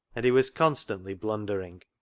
and he was constantly blundering,